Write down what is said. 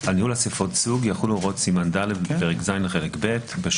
על ניהול אסיפות סוג יחולו הוראות סימן ד' לפרק ז' לחלק ב' בתקנות